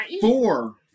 four